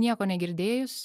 nieko negirdėjus